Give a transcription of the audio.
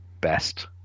best